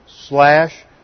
slash